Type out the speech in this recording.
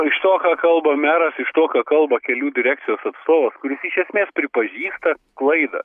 iš to ką kalba meras iš to ką kalba kelių direkcijos atstovas kuris iš esmės pripažįsta klaidą